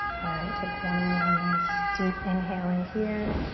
alright, take one more nice deep inhale in here.